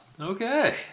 okay